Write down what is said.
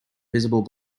visible